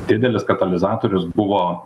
didelis katalizatorius buvo